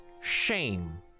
shame